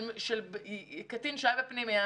של קטין שהיה בפנימייה,